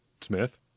Smith